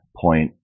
point